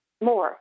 more